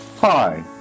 Hi